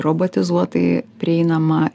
robotizuotai prieinama